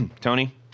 tony